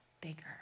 bigger